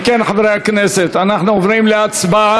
אם כן, חברי הכנסת, אנחנו עוברים להצבעה,